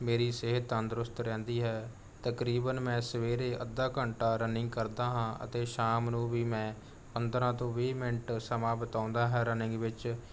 ਮੇਰੀ ਸਿਹਤ ਤੰਦਰੁਸਤ ਰਹਿੰਦੀ ਹੈ ਤਕਰੀਬਨ ਮੈਂ ਸਵੇਰੇ ਅੱਧਾ ਘੰਟਾ ਰਨਿੰਗ ਕਰਦਾ ਹਾਂ ਅਤੇ ਸ਼ਾਮ ਨੂੰ ਵੀ ਮੈਂ ਪੰਦਰਾਂ ਤੋਂ ਵੀਹ ਮਿੰਟ ਸਮਾਂ ਬਿਤਾਉਂਦਾ ਹਾਂ ਰਨਿੰਗ ਵਿੱਚ